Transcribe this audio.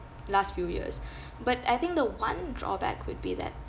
last few years but I think the one drawback would be that